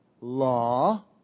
Law